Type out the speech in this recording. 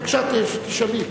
בבקשה, תשאלי.